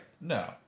No